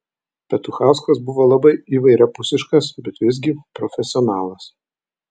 petuchauskas buvo labai įvairiapusiškas bet visgi profesionalas